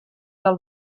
del